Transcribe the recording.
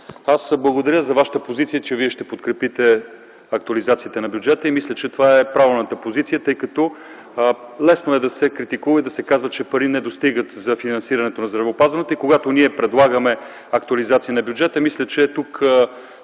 Адемов, благодаря за Вашата позиция, че ще подкрепите актуализацията на бюджета. Мисля, че това е правилната позиция. Лесно е да се критикува и да се казва, че пари не достигат за финансирането на здравеопазването. Когато предлагаме актуализация на бюджета, смятам, че